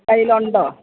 clay ഉണ്ടോ